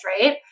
Right